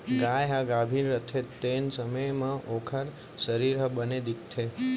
गाय ह गाभिन रथे तेन समे म ओकर सरीर ह बने दिखथे